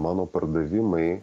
mano pardavimai